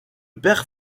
père